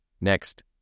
Next